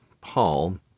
Paul